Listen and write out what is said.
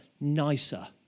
nicer